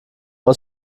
aus